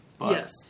Yes